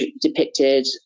depicted